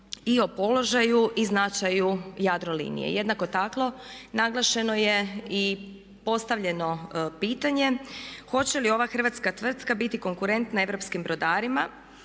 i o položaju i o značaju Jadrolinije. Jednako tako naglašeno je i postavljeno pitanje hoće li ova hrvatska tvrtka biti konkurentna europskim brodarima